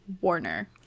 Warner